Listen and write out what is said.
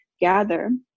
gather